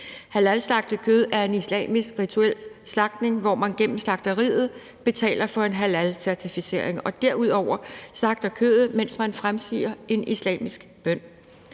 Halalslagtning er en islamisk rituel slagtning, hvor man igennem slagteriet betaler for en halalcertificering og derudover slagter kødet, mens man fremsiger en islamisk bøn.